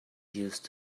used